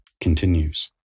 continues